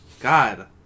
God